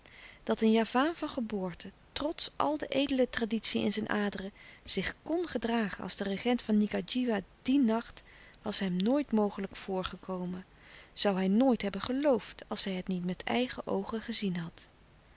dat een javaan van geboorte trots al de edele traditie in zijn aderen zich kn gedragen als louis couperus de stille kracht de regent van ngadjiwa dien nacht was hem nooit mogelijk voorgekomen zoû hij nooit hebben geloofd als hij het niet met eigen oogen gezien had